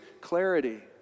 clarity